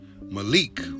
Malik